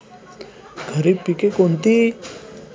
खरीप पिके कोणती?